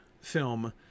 film